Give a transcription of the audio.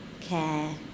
care